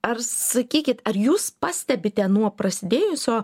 ar sakykit ar jūs pastebite nuo prasidėjusio